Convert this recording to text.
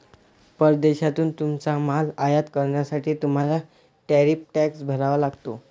परदेशातून तुमचा माल आयात करण्यासाठी तुम्हाला टॅरिफ टॅक्स भरावा लागतो